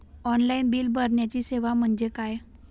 Online bill भरण्याची सेवा म्हणजे काय?